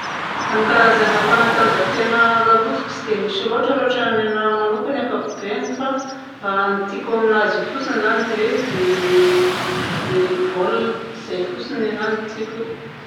Ny karazagna fanatanjahantena laloviko tsy dia misy loatra raha ohatra ny anahy manokagna ankapobeny fa ny tiako aminazy io fotsiny zany dia ny baolina. Zay fotsiny ny anahy no tiako.